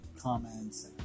comments